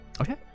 Okay